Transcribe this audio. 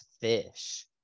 fish